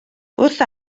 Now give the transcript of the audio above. wrth